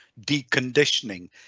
deconditioning